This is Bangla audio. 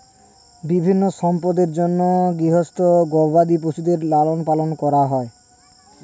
বিভিন্ন সম্পদের জন্যে গৃহস্থ গবাদি পশুদের লালন পালন করা হয়